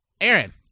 Aaron